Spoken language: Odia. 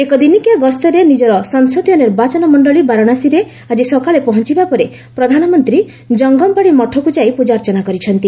ଏକ ଦିନିକିଆ ଗସ୍ତରେ ନିଜର ସଂସଦୀୟ ନିର୍ବାଚନ ମଣ୍ଡଳୀ ବାରଣାସୀରେ ଆଜି ସକାଳେ ପହଞ୍ଚୁବା ପରେ ପ୍ରଧାନମନ୍ତ୍ରୀ ଜଙ୍ଗମବାଡ଼ି ମଠକୁ ଯାଇ ପୂଜାର୍ଚ୍ଚନା କରିଛନ୍ତି